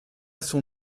son